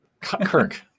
Kirk